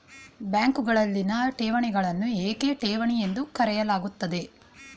ಬ್ಯಾಂಕುಗಳಲ್ಲಿನ ಠೇವಣಿಗಳನ್ನು ಏಕೆ ಠೇವಣಿ ಎಂದು ಕರೆಯಲಾಗುತ್ತದೆ?